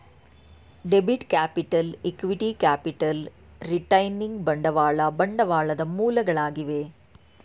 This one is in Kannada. debit capital, equity capital, retaining ಬಂಡವಾಳ ಬಂಡವಾಳದ ಮೂಲಗಳಾಗಿವೆ